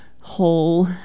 Whole